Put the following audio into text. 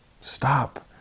stop